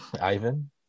Ivan